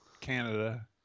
Canada